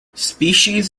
species